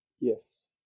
Yes